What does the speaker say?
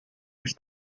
his